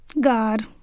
God